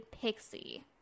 pixie